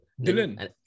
Dylan